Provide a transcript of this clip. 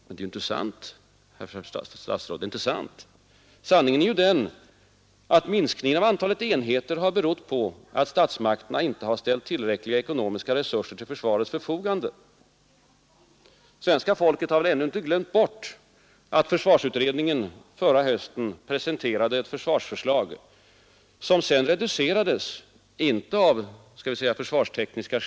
Det är ju inte sant, herr statsråd Sanningen är ju den att minskningen av antalet enheter har berott på att statsmakterna inte har ställt tillräckliga ekonomiska resurser till försvarets förfogande. Svenska folket har ännu inte glömt bort att försvarsutredningen förra hösten presenterade ett försvarsförslag som sedan reducerades, inte av försvarsteknisk.